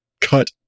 cut